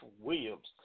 Williams